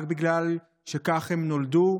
רק בגלל שכך הם נולדו,